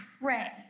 pray